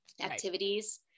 activities